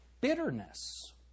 bitterness